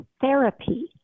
therapy